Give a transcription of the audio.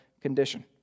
condition